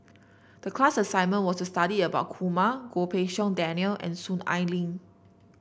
the class assignment was to study about Kumar Goh Pei Siong Daniel and Soon Ai Ling